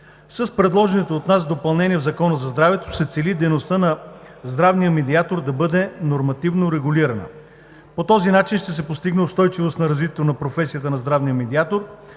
С предложеното от нас допълнение в Закона за здравето се цели дейността на здравния медиатор да бъде нормативно регулирана. По този начин ще се постигне устойчивост на развитието на професията на здравния медиатор,